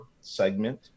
segment